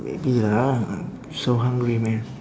maybe lah ah so hungry man